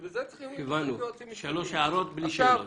הבנו, שלוש הערות בלי שאלות.